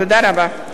תודה רבה.